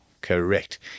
correct